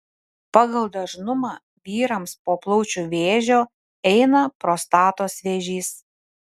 pagal dažnumą vyrams po plaučių vėžio eina prostatos vėžys